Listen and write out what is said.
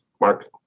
Mark